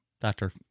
doctor